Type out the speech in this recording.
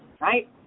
right